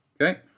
Okay